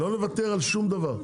לא נוותר על שום דבר.